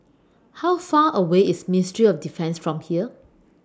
How Far away IS Ministry of Defence from here